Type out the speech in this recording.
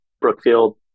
Brookfield